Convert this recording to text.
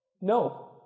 No